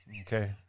Okay